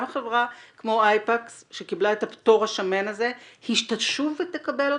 גם חברה כמו אייפקס שקיבלה את הפטור השמן הזה תשוב ותקבל אותו,